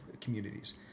communities